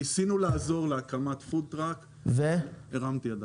ניסינו לעזור להקמת פוד-טראק אבל הרמתי ידיים.